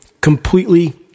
completely